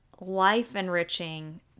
life-enriching